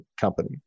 company